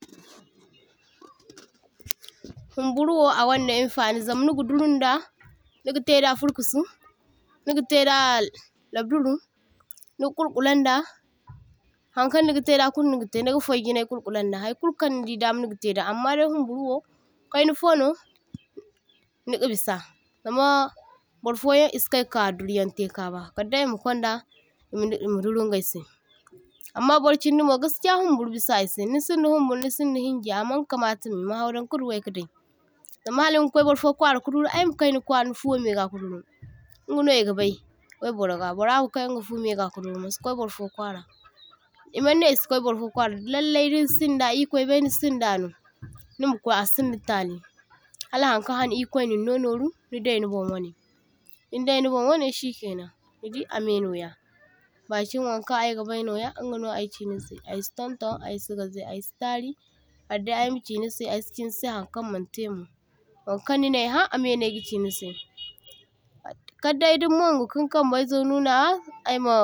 toh – toh Humburuwo agwanda infani zama niga durunda, nigataida furkusu, nigataida labduro, niga kulkolaŋ da haŋkaŋ niga taida kulu nigate niga fai’jinai kulkolaŋda haikulu kaŋ nidi dama nigataida, amma dai humburuwo kainafono nika bisa zama burfoyan e’si kaika duruyaŋ taikaba kadday e’ma Kwanda i’ma duro ingaisai. Amma burchindimo gaskiya humburo bisa i’sai nisinda humburo nisinda hinjai amaŋ kamata mai ma hadaŋ kaduwai kadai, zama hala niga kwai baifo kwara ka duro ay makai nikwara ni fumaiga ka duru ingano i’gabai waiburga, burra makai inga fumaiga ka duro masikwai baifo kwara. E’maŋnai i’sikwai baifo kwara lallai nisinda ir’kwai bai nisindano nima kwai asinda tali hala haŋkaŋ hanai irk’wainin no noru nidai nibon wanai dindai nibon wanai shikainaŋ nidi amai noya, bakin waŋkaŋ aygabai noya ingano aychi nisai, aysi tonton aysi gazai aysi tari kadday ayma chinisai aysi chinisai haŋkaŋ maŋtaimo, waŋkaŋ ninaiha amaino ayga chinisai, kadday niwaŋgu kin kambaizo nunawa ayma